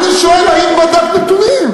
סליחה, אני שואל האם בדקת נתונים.